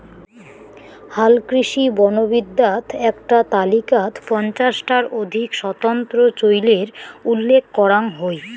হালকৃষি বনবিদ্যাত এ্যাকটা তালিকাত পঞ্চাশ টার অধিক স্বতন্ত্র চইলের উল্লেখ করাং হই